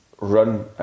run